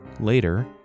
later